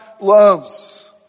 loves